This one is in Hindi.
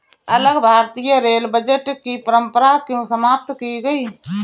अलग भारतीय रेल बजट की परंपरा क्यों समाप्त की गई?